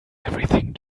everything